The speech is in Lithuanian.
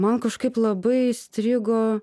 man kažkaip labai įstrigo